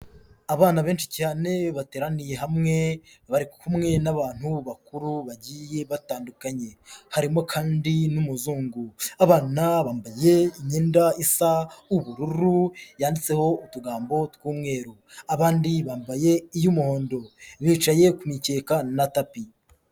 Abana benshi cyane bateraniye hamwe bari kumwe n'abantu bakuru bagiye batandukanye harimo kandi n'umuzungu, abana bambaye imyenda isa ubururu yanditseho utugambo tw'umweru, abandi bambaye iyu muhondo bicaye ku mikeka na tapi.